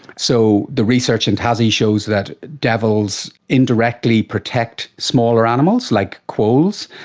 so the research in tassie shows that devils indirectly protect smaller animals, like quolls,